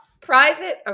Private